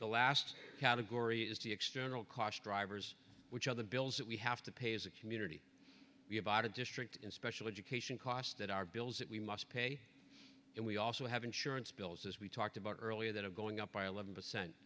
the last category is the external cost drivers which are the bills that we have to pay as a community we have a district in special education costs that are bills that we must pay and we also have insurance bills as we talked about earlier that are going up by eleven percent